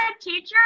teacher